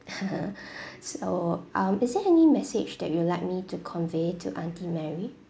(ppl0 so um is there any message that you'd like me to convey to aunty mary